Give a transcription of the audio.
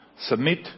Submit